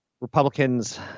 Republicans